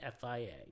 FIA